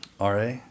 RA